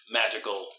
magical